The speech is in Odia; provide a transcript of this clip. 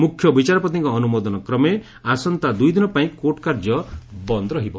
ମୁଖ୍ୟ ବିଚାରପତିଙ୍କ ଅନୁମୋଦନ କ୍ରମେ ଆସନ୍ତା ଦୁଇଦିନ ପାଇଁ କୋର୍ଟ କାର୍ଯ୍ୟ ବନ୍ଦ ରହିବ